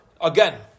again